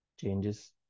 changes